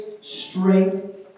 strength